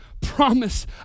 promise